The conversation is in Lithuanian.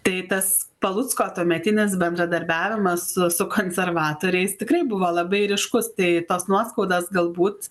tai tas palucko tuometinis bendradarbiavimas su konservatoriais tikrai buvo labai ryškus tai tos nuoskaudos galbūt